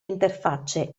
interfacce